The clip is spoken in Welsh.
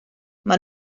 mae